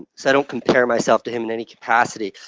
so i don't compare myself to him in any capacity.